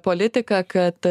politiką kad